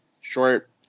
short